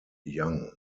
young